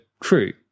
true